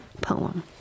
poem